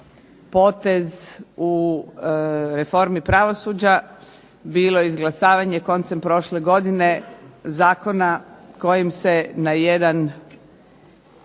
potez u reformi pravosuđa bilo izglasavanje koncem prošle godine zakona kojim se na jedan